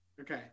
Okay